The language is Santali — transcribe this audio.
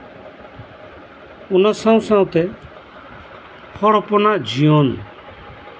ᱚᱱᱟ ᱥᱟᱶ ᱥᱟᱶᱛᱮ ᱦᱚᱲ ᱦᱚᱯᱚᱱᱟᱜ ᱡᱤᱭᱚᱱ